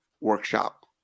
workshop